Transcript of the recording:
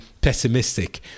pessimistic